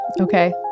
okay